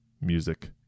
music